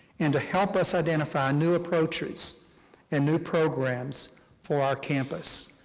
and to help us identify and new approaches and new programs for our campus.